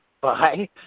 bye